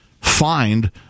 find